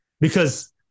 because-